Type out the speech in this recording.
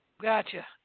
Gotcha